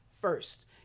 first